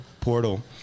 portal